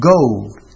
Gold